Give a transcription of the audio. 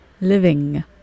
living